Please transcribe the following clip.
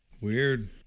Weird